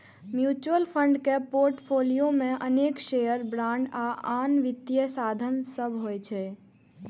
mutual fund के portfolio मे अनेक शेयर, बांड आ आन वित्तीय साधन सभ होइ छै